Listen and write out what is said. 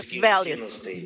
values